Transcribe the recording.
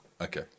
Okay